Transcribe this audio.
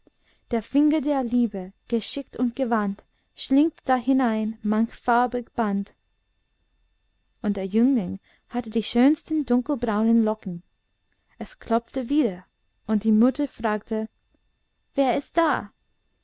der finger der liebe geschickt und gewandt schlingt dahinein manch farbig band und der jüngling hatte die schönsten dunkelbraunen locken es klopfte wieder und die mutter fragte wer ist da